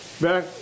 back